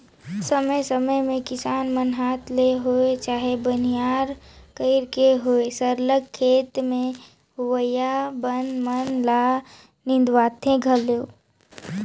समे समे में किसान मन हांथ ले होए चहे बनिहार कइर के होए सरलग खेत में होवइया बन मन ल निंदवाथें घलो